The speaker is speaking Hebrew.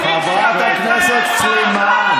תודה, חברת הכנסת סלימאן.